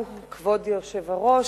כבוד היושב-ראש,